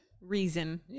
reason